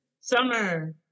Summer